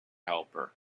helper